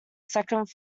second